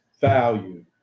value